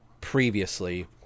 previously